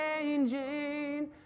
changing